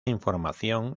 información